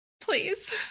Please